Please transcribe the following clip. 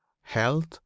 health